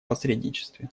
посредничестве